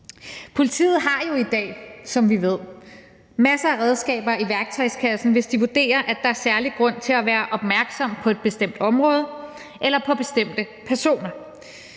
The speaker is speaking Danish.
Politiet har jo i dag, som vi ved, masser af redskaber i værktøjskassen, hvis de vurderer, at der er særlig grund til at være opmærksom på et bestemt område eller på bestemte personer.